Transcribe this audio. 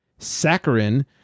saccharin